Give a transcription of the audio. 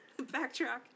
backtrack